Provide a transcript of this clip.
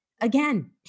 Again